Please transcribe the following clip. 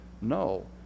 No